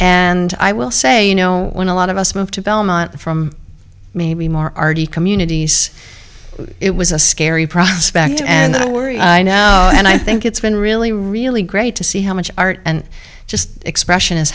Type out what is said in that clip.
and i will say you know when a lot of us moved to belmont from maybe more arty communities it was a scary prospect and i worry and i think it's been really really great to see how much art and just expression is